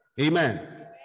Amen